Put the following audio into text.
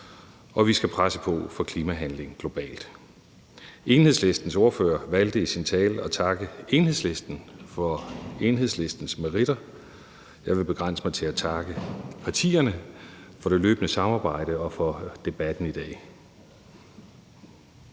og vi skal presse på for klimahandling globalt. Enhedslistens ordfører valgte i sin tale at takke Enhedslisten for Enhedslistens meritter. Jeg vil begrænse mig til at takke partierne for det løbende samarbejde og for debatten i dag.